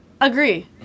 Agree